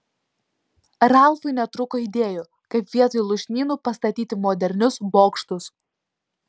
ralfui netrūko idėjų kaip vietoj lūšnynų pastatyti modernius bokštus